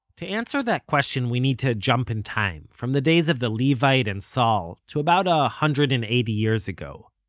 to answer that question we need to jump in time, from the days of the levite and saul, to about a hundred and eighty years ago